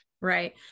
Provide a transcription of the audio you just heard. right